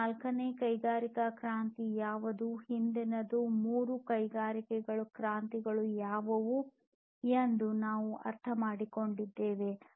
ಈ ನಾಲ್ಕನೇ ಕೈಗಾರಿಕಾ ಕ್ರಾಂತಿ ಯಾವುದು ಹಿಂದಿನದು ಮೂರು ಕೈಗಾರಿಕಾ ಕ್ರಾಂತಿಗಳು ಯಾವುವು ಎಂದು ನಾವು ಅರ್ಥಮಾಡಿಕೊಂಡಿದ್ದೇವೆ